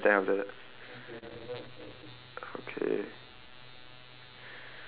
right like below left hand corner of the big circle is it oh ya I have that I have that